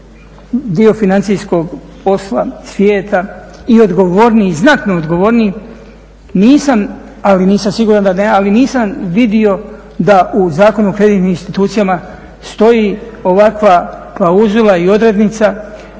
dio financijskog posla, svijeta i znatno odgovorniji, ali nisam siguran da ne, ali nisam vidio da u Zakonu o kreditnim institucijama stoji ovakva klauzula i odrednica